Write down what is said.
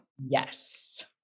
Yes